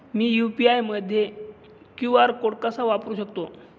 मी UPI मध्ये QR code कसा वापरु शकते?